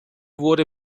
wurde